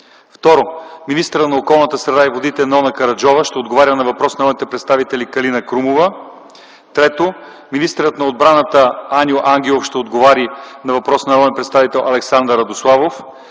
Второ, министърът на околната среда и водите Нона Караджова ще отговаря на въпрос на народния представител Калина Крумова. Трето, министърът на отбраната Аню Ангелов ще отговаря на въпрос на народния представител Александър Радославов.